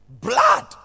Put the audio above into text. Blood